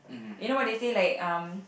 you know what they say like um